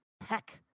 heck